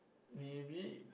maybe